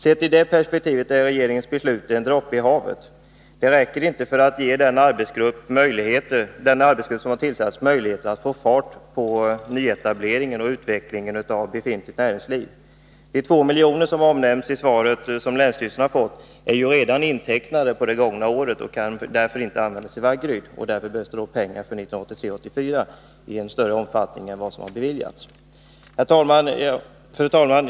Sett i det perspektivet är regeringens beslut en droppe i havet. De räcker inte för att ge den arbetsgrupp som har tillsatts möjlighet att få fart på nyetableringen och utvecklingen av befintligt näringsliv. De två miljoner som länsstyrelsen har fått och som omnämns i svaret är redan intecknade för det gångna året och kan därför inte användas i Vaggeryd. Därför behövs det pengar för 1983/84 i större omfattning än som beviljats. Fru talman!